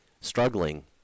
struggling